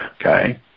okay